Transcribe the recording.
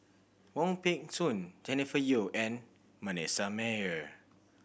Wong Peng Soon Jennifer Yeo and Manasseh Meyer